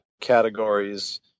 categories